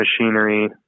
machinery